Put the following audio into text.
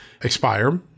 expire